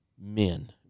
men